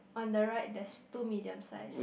on the right there's two medium size